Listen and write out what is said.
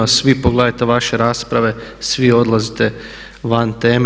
A svi, pogledajte vaše rasprave, svi odlazite van teme.